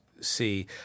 See